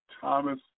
Thomas